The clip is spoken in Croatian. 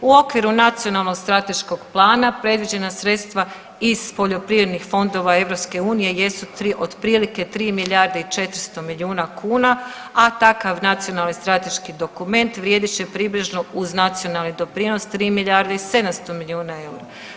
U okviru nacionalnog strateškog plana predviđena sredstva iz poljoprivrednih fondova EU jesu otprilike 3 milijarde i 400 milijuna kuna, a takav nacionalni strateški dokument vrijedit će približno uz nacionalni doprinos 3 milijarde i 700 milijuna eura.